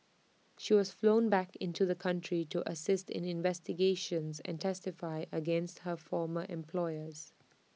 she was flown back into the country to assist in investigations and testify against her former employers